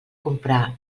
comprar